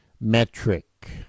metric